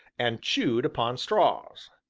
and chewed upon straws.